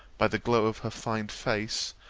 by the glow of her fine face,